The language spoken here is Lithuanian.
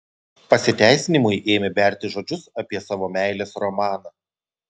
pasiteisinimui ėmė berti žodžius apie savo meilės romaną